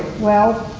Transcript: well,